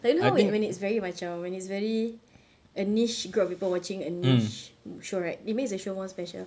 like you know how when it when it's macam when it's very a niche group of people watching a niche show right it makes the show more special